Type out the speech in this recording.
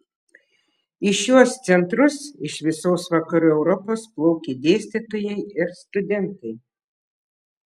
į šiuos centrus iš visos vakarų europos plaukė dėstytojai ir studentai